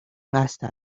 hasta